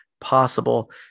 possible